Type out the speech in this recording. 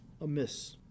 Amiss